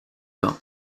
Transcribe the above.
bains